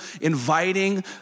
inviting